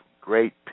great